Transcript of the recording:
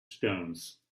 stones